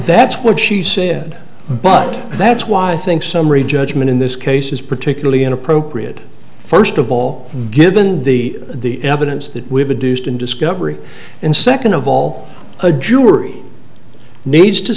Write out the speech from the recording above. that's what she said but that's why i think summary judgment in this case is particularly inappropriate first of all given the the evidence that we have a deuced in discovery and second of all a jury needs to